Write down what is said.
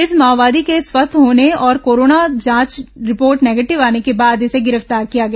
इस माओवादी के स्वस्थ होने और कोरोना जांच रिपोर्ट निगेटिव आने के बाद इसे गिरफ्तार किया गया